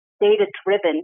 data-driven